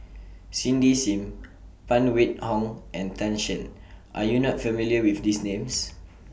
Cindy SIM Phan Wait Hong and Tan Shen Are YOU not familiar with These Names